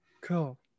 Cool